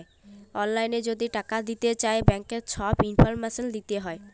অললাইল যদি টাকা দিতে চায় ব্যাংকের ছব ইলফরমেশল দিতে হ্যয়